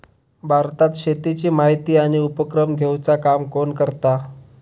भारतात शेतीची माहिती आणि उपक्रम घेवचा काम कोण करता?